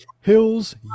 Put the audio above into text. Hills